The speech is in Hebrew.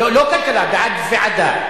לא כלכלה, בעד ועדה,